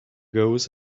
goes